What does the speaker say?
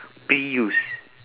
pre use